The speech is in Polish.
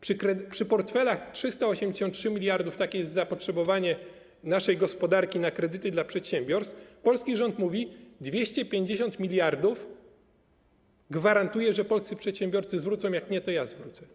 Przy portfelach 383 mld - takie jest zapotrzebowanie naszej gospodarki na kredyty dla przedsiębiorstw - polski rząd mówi: 250 mld, gwarantuję, że polscy przedsiębiorcy zwrócą, jak nie, to ja zwrócę.